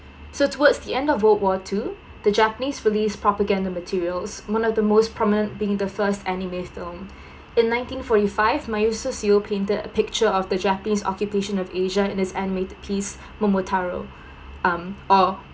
so towards the end of world war two the japanese released propaganda materials one of the most prominent being the first anime film in nineteen forty five mitsuyo seo painted a picture of the japanese occupation of asia in his animated piece momotaro um or